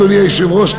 אדוני היושב-ראש,